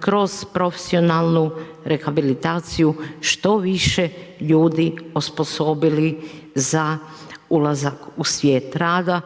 kroz profesionalnu rehabilitaciju što više ljudi osposobili za ulazak u svijet rada,